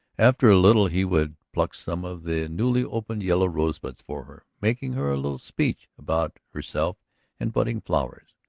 after a little he would pluck some of the newly opened yellow rosebuds for her, making her a little speech about herself and budding flowers.